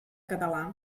català